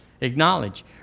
acknowledge